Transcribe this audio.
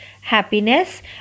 happiness